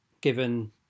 given